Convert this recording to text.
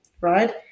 right